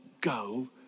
go